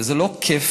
שזה לא כיף,